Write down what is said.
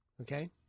Okay